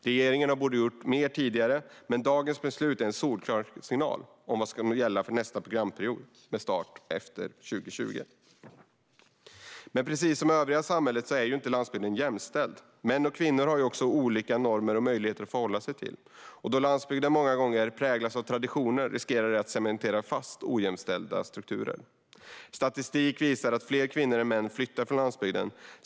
Regeringen borde ha gjort mer tidigare, men dagens beslut är en solklar signal om vad som kommer att gälla för nästa programperiod, som startar efter 2020. Precis som det övriga samhället är inte landsbygden jämställd. Män och kvinnor har olika normer och möjligheter att förhålla sig till. Eftersom landsbygden många gånger präglas av traditioner riskerar det att cementera fast ojämställda strukturer. Statistik visar att fler kvinnor än män flyttar från landsbygden.